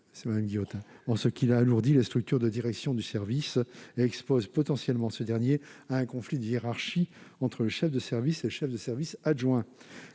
opportune, en ce qu'elle alourdirait les structures de direction du service et exposerait potentiellement ce dernier à un conflit de hiérarchie entre chef de service et chef de service adjoint.